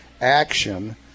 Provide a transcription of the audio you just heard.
action